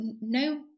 no